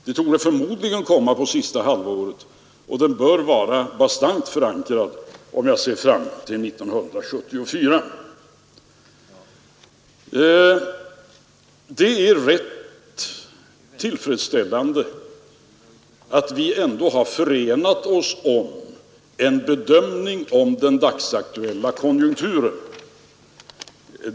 Den kommer förmodligen under sista halvåret 1973 och bör vara bastant förankrad 1974. Det är rätt tillfredsställande att vi ändå har förenat oss om en bedömning av den dagsaktuella konjunkturen.